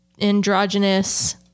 androgynous